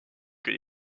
que